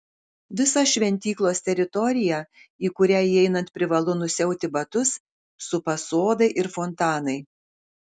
visą šventyklos teritoriją į kurią įeinant privalu nusiauti batus supa sodai ir fontanai